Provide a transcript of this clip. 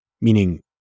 meaning